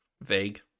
vague